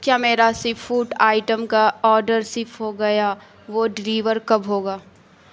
کیا میرا seafood item کا آڈر شپ ہو گیا وہ ڈیلیور کب ہوگا